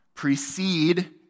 precede